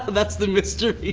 that's the mystery.